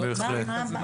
בהחלט.